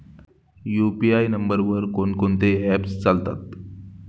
UPI नंबरवर कोण कोणते ऍप्स चालतात?